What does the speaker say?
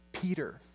Peter